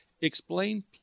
Explain